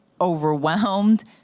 overwhelmed